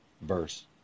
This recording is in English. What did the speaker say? verse